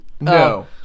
no